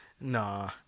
Nah